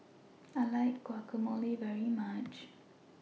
I like Guacamole very much